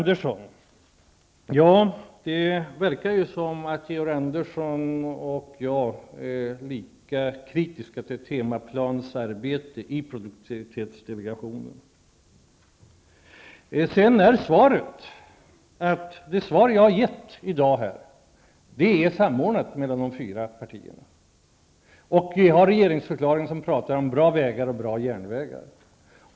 Det verkar som om Georg Andersson och jag är lika kritiska till Temaplans arbete i produktivitetsdelegationen. Vad jag har att säga är: Beträffande det svar som jag har gett här i dag finns det en samordning mellan de fyra partierna. Dessutom har vi regeringsförklaringen, där det talas om bra vägar och bra järnvägar.